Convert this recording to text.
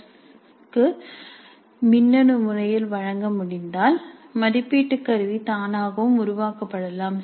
S க்கு மின்னணு முறையில் வழங்க முடிந்தால் மதிப்பீட்டு கருவி தானாகவும் உருவாக்கப்படலாம்